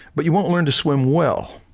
but you won't learn to swim well.